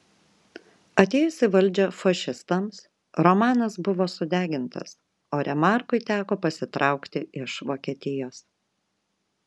atėjus į valdžią fašistams romanas buvo sudegintas o remarkui teko pasitraukti iš vokietijos